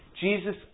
Jesus